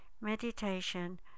meditation